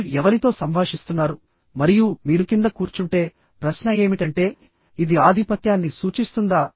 మీరు ఎవరితో సంభాషిస్తున్నారు మరియు మీరు కింద కూర్చుంటేప్రశ్న ఏమిటంటేఇది ఆధిపత్యాన్ని సూచిస్తుందా